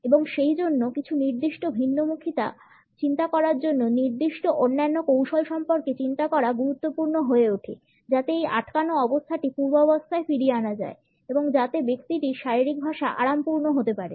এবং সেইজন্য কিছু নির্দিষ্ট ভিন্নমুখীতা চিন্তা করার জন্য নির্দিষ্ট অন্যান্য কৌশল সম্পর্কে চিন্তা করা গুরুত্বপূর্ণ হয়ে ওঠে যাতে এই আটকানো অবস্থানটি পূর্বাবস্থায় ফিরিয়ে আনা যায় এবং যাতে ব্যক্তিটির শারীরিক ভাষা আরামপূর্ণ হতে পারে